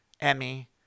Emmy